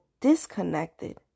disconnected